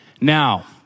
Now